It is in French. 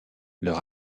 leur